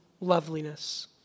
loveliness